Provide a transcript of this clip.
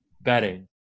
betting